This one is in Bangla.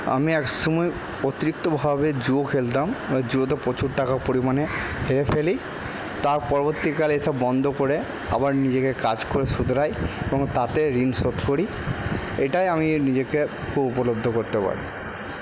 আমি এক সময় অতিরিক্তভাবে জুয়া খেলতাম জুয়াতে প্রচুর টাকা পরিমাণে হেরে ফেলি তার পরবর্তীকালে এসব বন্ধ করে আবার নিজেকে কাজ করে শুধরাই এবং তাতে ঋণ শোধ করি এটাই আমি নিজেকে খুব উপলব্ধ করতে পারি